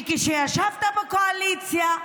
וכשישבת בקואליציה,